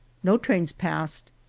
no trains passed,